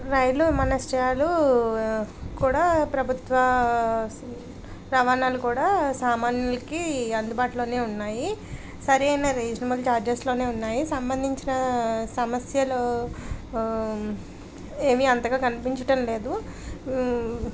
రైలు విమానశ్రయాలు కూడా ప్రభుత్వ రవాణాలు కూడా సామాన్యులకి అందుబాటులోనే ఉన్నాయి సరయిన రీజనబుల్ ఛార్జెస్లోనే ఉన్నాయి సంబంధించిన సమస్యలు ఏవి అంతగా కనిపించడం లేదు